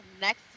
next